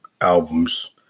albums